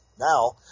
Now